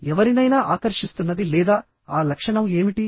ఎవరినైనా ఆకర్షిస్తున్నది లేదా ఆ లక్షణం ఏమిటి